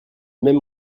mêmes